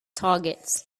targets